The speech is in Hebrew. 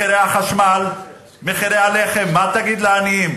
מחירי החשמל, מחירי הלחם, מה תגיד לעניים?